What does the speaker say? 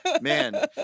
man